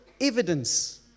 evidence